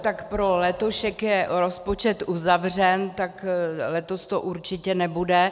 Tak pro letošek je rozpočet uzavřen, tak letos to určitě nebude.